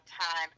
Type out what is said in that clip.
time